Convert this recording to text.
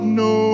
no